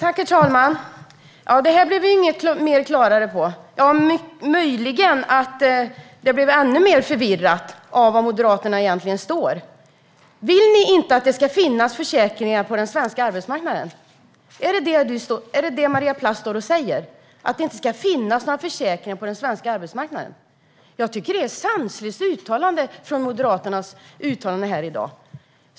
Herr talman! Ja, det här blev vi inte klokare av; det blev möjligen ännu mer förvirrat när det gäller var Moderaterna egentligen står. Vill man inte att det ska finnas försäkringar på den svenska arbetsmarknaden? Är det vad Maria Plass står och säger - att det inte ska finnas några försäkringar på den svenska arbetsmarknaden? Jag tycker att det är ett sanslöst uttalande från Moderaternas företrädare här i dag.